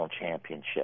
championship